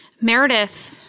Meredith